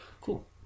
Cool